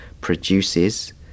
produces